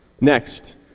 Next